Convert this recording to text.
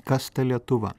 kas ta lietuva